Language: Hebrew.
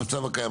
במצב הקיים,